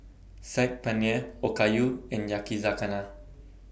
Saag Paneer Okayu and Yakizakana